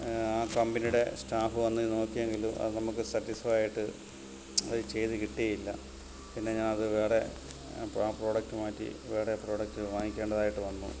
ആ കമ്പനീടെ സ്റ്റാഫ് വന്ന് നോക്കിയെങ്കിലും അത് നമുക്ക് സാറ്റിസ്ഫൈയായിട്ട് അത് ചെയ്ത് കിട്ടിയില്ല പിന്നെ ഞാൻ അത് വേറെ പ്ര പ്രോഡക്റ്റ് മാറ്റി വേറെ പ്രോഡക്റ്റ് വാങ്ങിക്കേണ്ടതായിട്ട് വന്നു